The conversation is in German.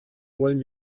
wollen